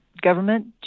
government